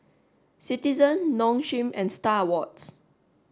citizen Nong Shim and Star Awards